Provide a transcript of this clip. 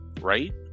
Right